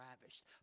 ravished